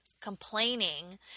complaining